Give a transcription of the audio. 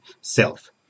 self